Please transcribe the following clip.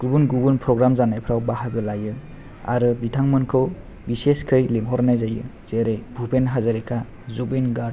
गुबुन गुबुन फ्रग्राम जानायफ्राव बाहागो लायो आरो बिथांमोनखौ बिसेसखै लेंहरनाय जायो जेरै भुपेन हाज'रिखा जुबिन गार्ग